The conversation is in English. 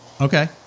Okay